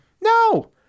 No